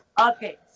Okay